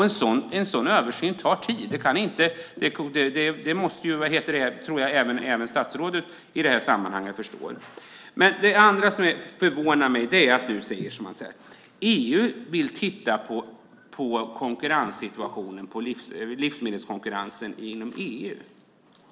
En sådan översyn tar tid. Det tror jag att även statsrådet förstår. Det andra som förvånar mig är att du säger att EU vill titta på livsmedelskonkurrensen inom unionen.